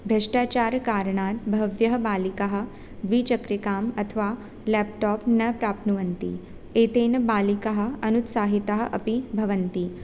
भ्रष्टाचारकारणात् बह्व्यः बालिकाः द्विचक्रिकाम् अथवा लेप्टाप् न प्राप्नुवन्ति एतेन बालिकाः अनुत्साहिताः अपि भवन्ति